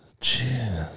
Jesus